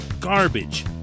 garbage